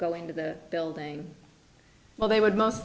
going to the building well they would most